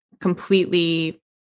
completely